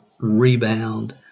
rebound